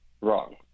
Wrong